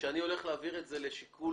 ושאני הולך להעביר את זה בחוק